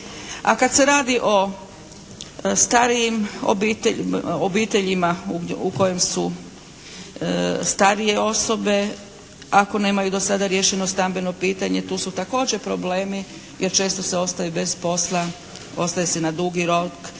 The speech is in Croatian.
a kad se radi o starijim obiteljima u kojim su starije osobe ako nemaju do sada riješeno stambeno pitanje tu su također problemi jer često se ostaje bez posla, ostaje se na dugi rok.